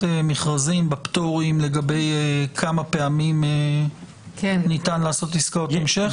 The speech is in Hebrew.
המכרזים בפטורים לגבי כמה פעמים ניתן לעשות עסקאות המשך?